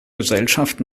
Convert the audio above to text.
gesellschaft